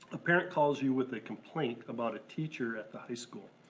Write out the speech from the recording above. a parent calls you with a complaint about a teacher at the high school.